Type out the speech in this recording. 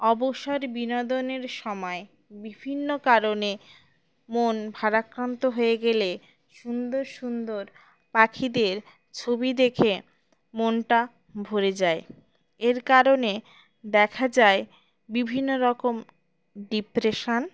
অবসর বিনোদনের সময় বিভিন্ন কারণে মন ভারাক্রান্ত হয়ে গেলে সুন্দর সুন্দর পাখিদের ছবি দেখে মনটা ভরে যায় এর কারণে দেখা যায় বিভিন্ন রকম ডিপ্রেশন